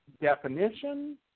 Definition